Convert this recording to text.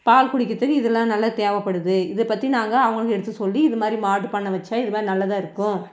பால் குடிக்கிறத்துக்கு இதெல்லாம் நல்லா தேவைப்படுது இதைப்பத்தி நாங்கள் அவங்களுக்கு எடுத்து சொல்லி இதுமாதிரி மாட்டுப்பண்ணை வச்சால் இதுமாதிரி நல்லதாக இருக்கும்